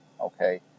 Okay